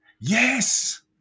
Yes